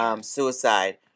suicide